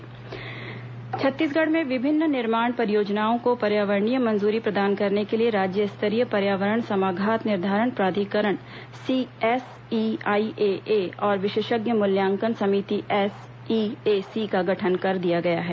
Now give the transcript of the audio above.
पर्यावरण मंजूरी प्राधिकरण छत्तीसगढ़ में विभिन्न निर्माण परियोजनाओं को पर्यावरणीय मंजूरी प्रदान करने के लिए राज्य स्तरीय पर्यावरण समाघात निर्धारण प्राधिकरण एसईआईएए और विशेषज्ञ मूल्यांकन समिति एस ईएसी का गठन कर दिया गया है